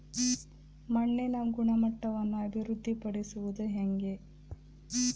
ಮಣ್ಣಿನ ಗುಣಮಟ್ಟವನ್ನು ಅಭಿವೃದ್ಧಿ ಪಡಿಸದು ಹೆಂಗೆ?